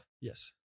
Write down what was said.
Yes